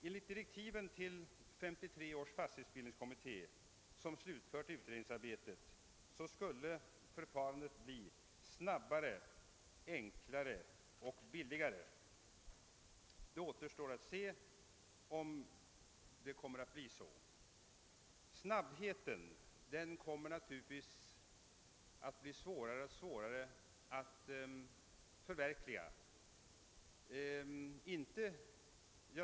Enligt direktiven till 1953 års fastighetsbildningskommitté, som slutfört utredningsarbetet, skulle förfarandet göras snabbare, enklare och billigare. Det återstår att se om det kommer att bli så. Snabbheten kommer naturligtvis att bli svårare och svårare att uppnå.